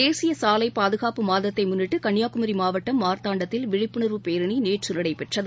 தேசியசாலைபாதுகாப்பு மாதத்தைமுன்னிட்டுகன்னியாகுமரிமாவட்டம் மார்த்தாண்டத்தில் விழிப்புணர்வு பேரணிநேற்றுநடைபெற்றது